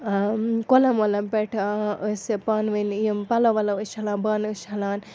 کۄلَن وۄلَن پٮ۪ٹھ ٲسۍ پانہٕ ؤنۍ یِم پَلو وَلَو ٲسۍ چھَلان بانہٕ ٲسۍ چھَلان